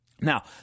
Now